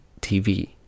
tv